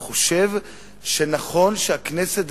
אני חושב שנכון שהכנסת,